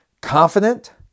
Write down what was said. confident